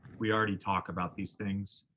we already talk about these things.